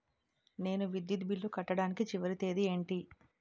నేను విద్యుత్ బిల్లు కట్టడానికి చివరి తేదీ ఏంటి?